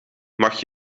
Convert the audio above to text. mag